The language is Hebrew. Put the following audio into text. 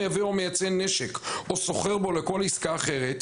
מייבא או מייצא נשק או הסוחר בו או עושה בו כל עסקה אחרת...",